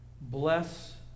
Bless